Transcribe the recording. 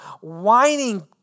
whining